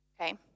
okay